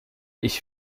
ich